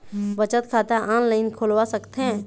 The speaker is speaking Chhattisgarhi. बचत खाता ऑनलाइन खोलवा सकथें?